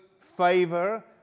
favor